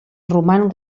roman